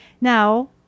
now